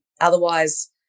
Otherwise